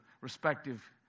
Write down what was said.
respective